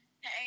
Hey